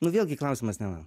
nu vėlgi klausimas ne man